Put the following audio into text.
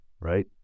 right